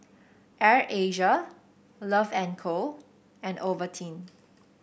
Air Asia Love and Co and Ovaltine